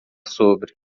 sobre